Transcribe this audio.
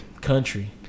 Country